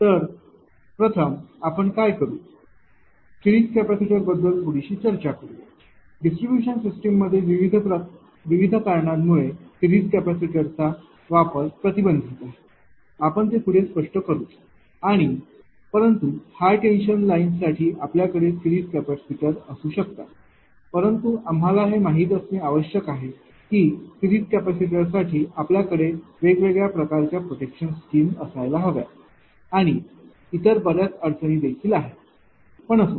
तर प्रथम आपण काय करू सिरिज कॅपेसिटर बद्दल थोडीशी चर्चा करू डिस्ट्रीब्यूशन सिस्टीममध्ये विविध कारणांमुळे सिरिज कॅपेसिटरचा वापर प्रतिबंधित आहे आपण ते पुढे स्पष्ट करू आणि परंतु हाय टेन्शन लाईन्स साठी आपल्याकडे सिरिज कॅपेसिटर असू शकतात परंतु तुम्हाला हे माहित असणे आवश्यक आहे की सिरिज कॅपेसिटरसाठी आपल्याकडे वेगवेगळ्या प्रकारच्या प्रोटेक्शन स्कीम असायला हव्या आणि इतर बर्याच अडचणी आहेत पण असो